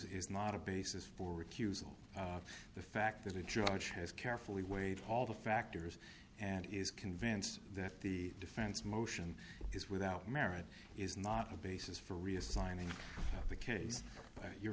is not a basis for recusal the fact that a judge has carefully weighed all the factors and is convinced that the defense motion is without merit is not a basis for reassigning the case but your